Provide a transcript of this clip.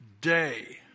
day